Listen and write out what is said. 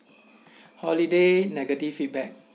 holiday negative feedback